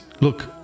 look